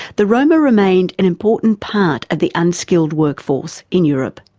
the roma remained an important part of the unskilled work force in europe.